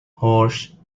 horse